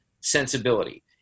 sensibility